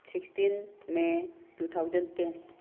sixteen may two thousand ten